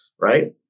Right